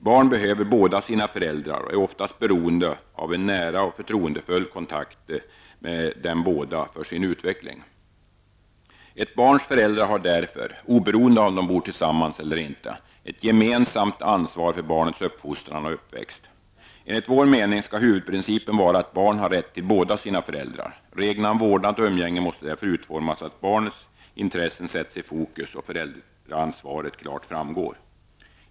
Barn behöver båda sina föräldrar och är oftast beroende av en nära och förtroendefull kontakt med dem båda för sin utveckling. Ett barns föräldrar har därför -- oberoende av om de bor tillsammans eller inte -- ett gemensamt ansvar för barnets uppfostran och uppväxt. Enligt vår mening skall huvudprincipen vara att barn har rätt till båda sina föräldrar. Reglerna om vårdnad och umgänge måste därför utformas så att barnens bästa sätts i fokus och att föräldraansvaret klart framgår.